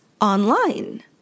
online